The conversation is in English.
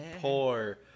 poor